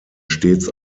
stets